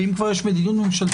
ואם כבר יש מדיניות ממשלתית,